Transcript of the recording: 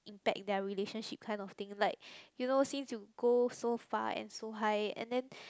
impact their relationship kind of thing like you know since you go so far and so high and then